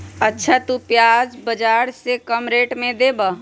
अच्छा तु प्याज बाजार से कम रेट में देबअ?